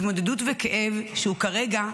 התמודדות וכאב שכרגע,